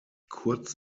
kurz